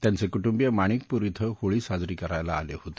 त्यांचे कुटुंबिय मणिकपूर ॐ होळी साजरी करायला आले होते